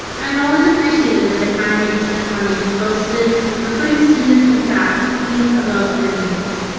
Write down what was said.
i am always appreciated that economy district twenty his boasted of putting students and staff needs above other needs.